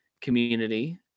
community